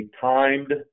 timed